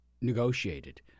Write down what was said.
negotiated